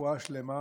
רפואה שלמה,